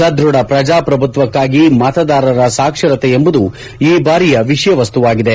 ಸದೃಢ ಪ್ರಜಾಶ್ರಭುತ್ವಕಾಗಿ ಮತದಾರರ ಸಾಕ್ಷರತೆ ಎಂಬುದು ಈ ಬಾರಿಯ ವಿಷಯವಸ್ತುವಾಗಿದೆ